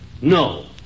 No